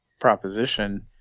proposition